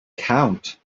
count